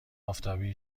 آفتابی